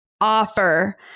offer